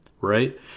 right